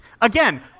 again